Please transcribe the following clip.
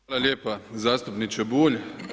Hvala lijepa zastupniče Bulj.